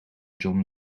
john